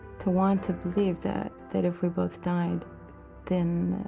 to want to believe that that if we both died then